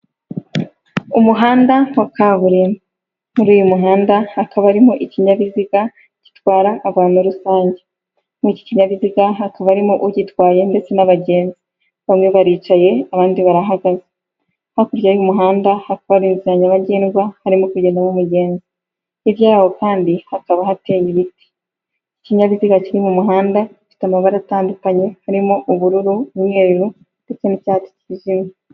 Umuhanda wa kaburimbo. Muri uyu muhanda hakaba harimo ikinyabiziga gitwara abantu rusange. Muri iki kinyabiziga hakaba harimo ugitwaye ndetse n'abagenzi. Bamwe baricaye abandi barahagaze. Hakurya y'umuhanda hakaba hari inzira nyabagendwa harimo kugendamo umugenzi. Hirya yaho kandi hakaba hateye ibiti. Ikinyabiziga kiri mu muhanda gifite amabara atandukanye, harimo: ubururu, umweru ndetse n'icyatsi cyijimye.